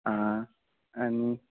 आ आनी